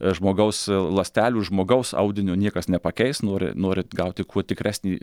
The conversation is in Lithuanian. žmogaus ląstelių žmogaus audinio niekas nepakeis nori norint gauti kuo tikresnį